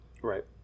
Right